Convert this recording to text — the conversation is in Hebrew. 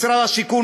משרד השיכון,